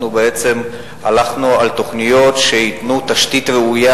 אנחנו בעצם הלכנו על תוכניות שייתנו תשתית ראויה